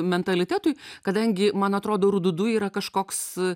mentalitetui kadangi man atrodo rududu yra kažkoks